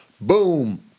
boom